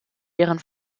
deren